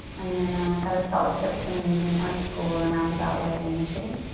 and then i got a scholarship to an amazing art school in a roundabout way in michigan.